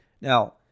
Now